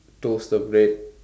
toast the bread